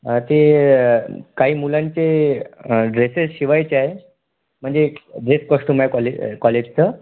ते काही मुलांचे ड्रेसेस शिवायचे आहे म्हणजे ड्रेस कॉस्ट्यूम आहे कॉले कॉलेजचं